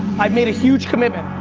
i made a huge commitment.